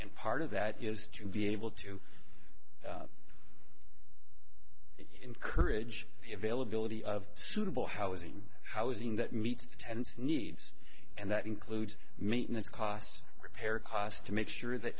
and part of that is to be able to encourage vale ability of suitable housing housing that meets the tenants needs and that includes maintenance costs repair costs to make sure that